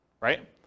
right